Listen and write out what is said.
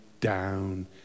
down